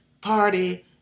Party